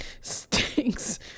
Stinks